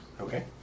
Okay